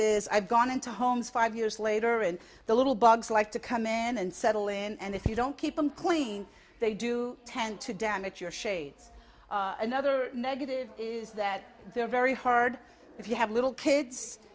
is i've gone into homes five years later and the little bugs like to come in and settle in and if you don't keep them clean they do tend to damage your shades another negative is that they're very hard if you have little kids